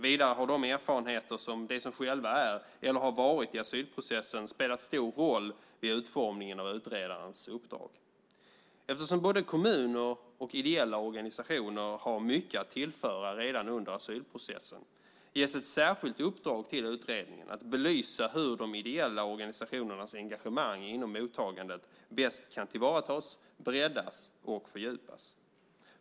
Vidare har erfarenheter från dem som själva är eller har varit i asylprocessen spelat stor roll vid utformningen av utredarens uppdrag. Eftersom både kommuner och ideella organisationer har mycket att tillföra redan under asylprocessen ges ett särskilt uppdrag till utredningen att belysa hur de ideella organisationernas engagemang inom mottagandet bäst kan tillvaratas, breddas och fördjupas.